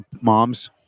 moms